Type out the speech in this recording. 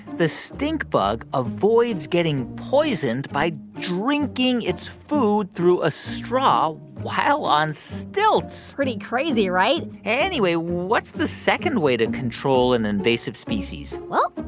the stink bug avoids getting poisoned by drinking its food through a straw while on stilts pretty crazy, right? anyway, what's the second way to control an invasive species well,